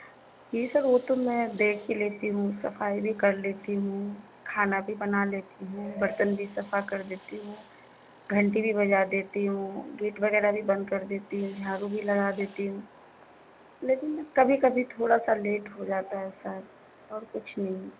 جی sir وہ تو میں دیکھ ہی لیتی ہوں صفائی بھی کر لیتی ہوں کھانا بھی بنا لیتی ہوں برتن بھی صفا کر دیتی ہوں گھنٹی بھی بجا دیتی ہوں گیٹ وغیرہ بھی بند کر دیتی ہوں جھاڑو بھی لگا دیتی ہوں لیکن کبھی کبھی تھوڑا سا لیٹ ہو جاتا ہے سر اور کچھ نہیں